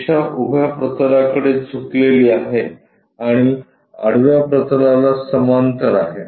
रेषा उभ्या प्रतलाकडे झुकलेली आहे आणि आडव्या प्रतलाला समांतर आहे